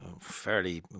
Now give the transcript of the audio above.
fairly